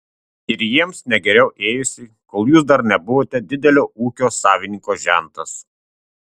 ir jiems ne geriau ėjosi kol jūs dar nebuvote didelio ūkio savininko žentas